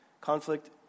Conflict